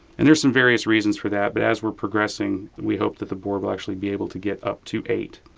and there's some various reasons for that, but as we're progressing we hope that the board will actually be able to get up to eight.